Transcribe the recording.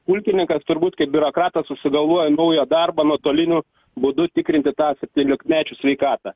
pulkininkas turbūt kaip biurokratas susigalvojo naują darbą nuotoliniu būdu tikrinti tą septyniolikmečių sveikatą